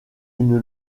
une